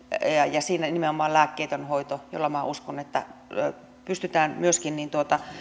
ja siinä nimenomaan lääkkeetön hoito jolla minä uskon että pystytään myöskin